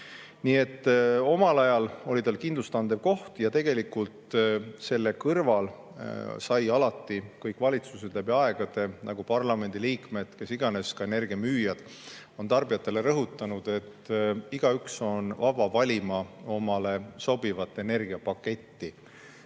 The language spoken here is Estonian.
et omal ajal oli see kindlust andev. Selle kõrval – nagu alati kõik valitsused läbi aegade, nagu parlamendiliikmed, kes iganes, ka energiamüüjad on tarbijatele rõhutanud – oli igaüks vaba valima omale sobivat energiapaketti.